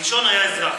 הראשון היה אזרח.